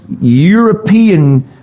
European